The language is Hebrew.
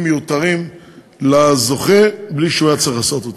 מיותרים לזוכה בלי שהוא היה צריך לעשות אותם.